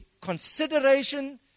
consideration